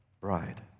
bride